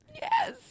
Yes